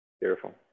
Beautiful